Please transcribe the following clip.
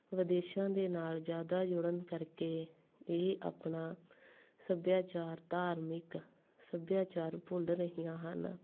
ਵਿਦੇਸ਼ਾਂ ਦੇ ਨਾਲ ਜ਼ਿਆਦਾ ਜੁੜਨ ਕਰਕੇ ਇਹ ਆਪਣਾ ਸੱਭਿਆਚਾਰ ਧਾਰਮਿਕ ਸੱਭਿਆਚਾਰ ਭੁੱਲ ਰਹੀਆਂ ਹਨ